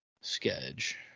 sketch